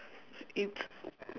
it's